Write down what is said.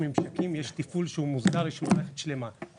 ממשקים ותפעול שמוסדר; ישנה מערכת שלמה.